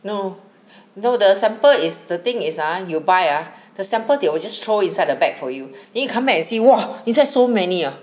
no no the sample is the thing is ah you buy ah the sample they will just throw inside the bag for you then you come back and see !wah! inside so many ah